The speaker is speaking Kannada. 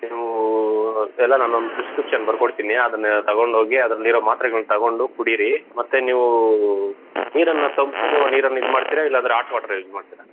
ನೀವು ಎಲ್ಲ ನಾನೊಂದು ಪ್ರಿಸ್ಕ್ರಿಪ್ಷನ್ ಬರ್ದ್ಕೊಡ್ತಿನಿ ಅದನ್ನು ತಗೊಂಡೋಗಿ ಅದರಲ್ಲಿರೊ ಮಾತ್ರೆಗಳ್ನ ತಗೊಂಡು ಕುಡಿರಿ ಮತ್ತೆ ನೀವು ನೀರನ್ನು ತಂಪು ನೀರನ್ನ ಇದು ಮಾಡ್ತೀರಾ ಇಲ್ಲಾಂದ್ರೆ ಆಟ್ ವಾಟ್ರ್ ಯೂಸ್ ಮಾಡ್ತೀರಾ